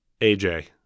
AJ